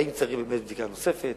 אם צריך באמת בדיקה נוספת